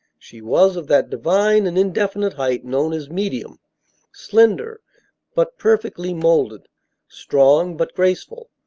she was of that divine and indefinite height known as medium slender but perfectly molded strong but graceful,